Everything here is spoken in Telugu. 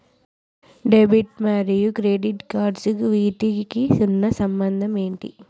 డెబిట్ మరియు క్రెడిట్ కార్డ్స్ వీటికి ఉన్న సంబంధం ఏంటి?